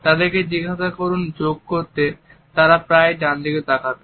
তাদেরকে জিজ্ঞেস করেন যোগ করতে তারা প্রায়ই ডান দিকে তাকাবেন